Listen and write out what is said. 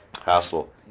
Hassle